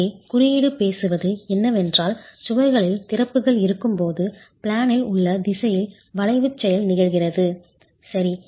இங்கே குறியீடு பேசுவது என்னவென்றால் சுவர்களில் திறப்புகள் இருக்கும் போது பிளேனில் உள்ள திசையில் வளைவுச் செயல் நிகழ்கிறது சரி